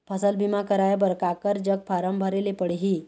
फसल बीमा कराए बर काकर जग फारम भरेले पड़ही?